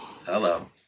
Hello